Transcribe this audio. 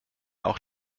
auch